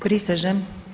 Prisežem.